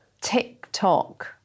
TikTok